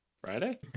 Friday